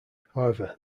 however